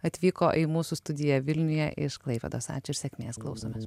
atvyko į mūsų studiją vilniuje iš klaipėdos ačiū sėkmės klausomės